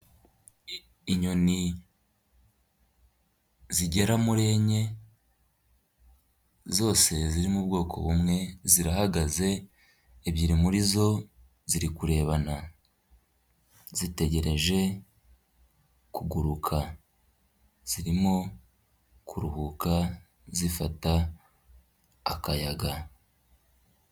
Inyoni, zigera muri enye, zose ziri mu ubwoko bumwe zirahagaze, ebyiri muri zo, ziri kurebana. zitegereje, kuguruka. Zirimo kuruhuka, zifata akayaga.